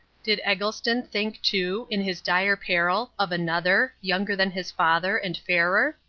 did eggleston think, too, in his dire peril of another younger than his father and fairer?